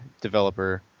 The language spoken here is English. developer